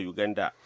Uganda